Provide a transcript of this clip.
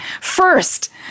First